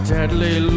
deadly